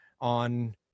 on